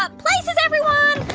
ah places, everyone,